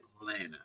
Atlanta